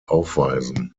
aufweisen